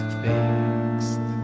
fixed